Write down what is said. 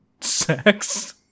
sex